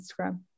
Instagram